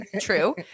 true